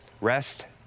Rest